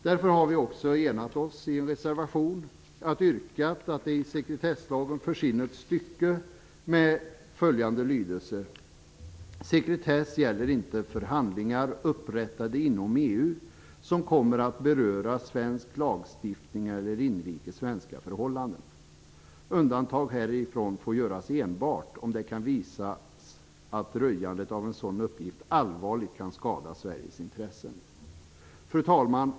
Därför har vi enat oss i en reservation att yrka att det skall föras in ett stycke i sekretesslagen med följande lydelse: "Sekretess gäller inte för handlingar upprättade inom Europeiska unionen som kommer att beröra svensk lagstiftning eller inrikes svenska förhållanden. Undantag härifrån får göras enbart om det kan visas att röjandet av en sådan uppgift allvarligt kan skada Sveriges intressen." Fru talman!